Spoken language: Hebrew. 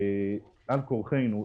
על כורחנו,